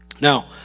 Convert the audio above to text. Now